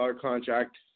contract